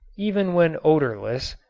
even when odorless,